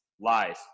lies